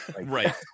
Right